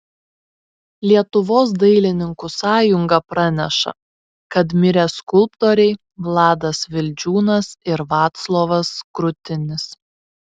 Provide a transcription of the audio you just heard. lietuvos dailininkų sąjunga praneša kad mirė skulptoriai vladas vildžiūnas ir vaclovas krutinis